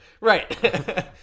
Right